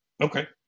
Okay